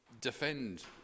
defend